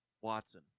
Watson